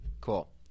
cool